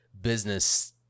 business